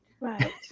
Right